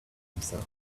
himself